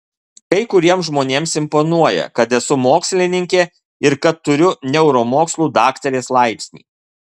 kai kuriems žmonėms imponuoja kad esu mokslininkė ir kad turiu neuromokslų daktarės laipsnį